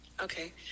okay